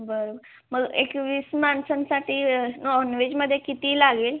बरं मग एकवीस माणसांसाठी नॉनवेजमध्ये किती लागेल